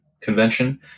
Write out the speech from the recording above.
Convention